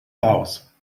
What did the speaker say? laos